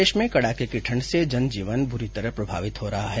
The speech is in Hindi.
प्रदेश में कड़ाके की ठंड से जनजीवन ब्री तरह प्रभावित हो रहा है